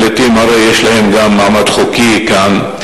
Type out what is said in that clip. לפליטים הרי יש גם מעמד חוקי כאן.